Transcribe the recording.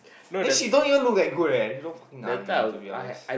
and she don't even look that good eh she look fucking gnarly to be honest